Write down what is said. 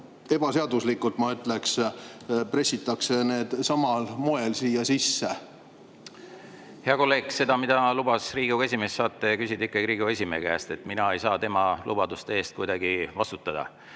ebaseaduslikult, ma ütleks, pressitakse need samal moel siia sisse. Hea kolleeg! Seda, mida lubas Riigikogu esimees, saate küsida Riigikogu esimehe käest. Mina ei saa tema lubaduste eest kuidagi vastutada.